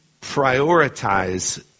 prioritize